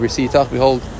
Behold